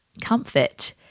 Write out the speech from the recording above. comfort